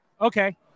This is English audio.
Okay